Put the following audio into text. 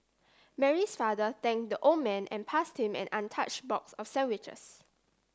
Mary's father thanked the old man and passed him an untouched box of sandwiches